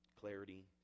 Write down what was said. Clarity